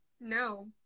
no